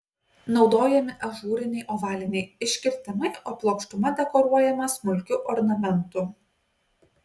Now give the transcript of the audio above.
naudojami ažūriniai ovaliniai iškirtimai o plokštuma dekoruojama smulkiu ornamentu